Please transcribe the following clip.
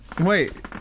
Wait